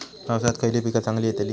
पावसात खयली पीका चांगली येतली?